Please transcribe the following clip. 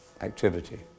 activity